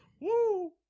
Woo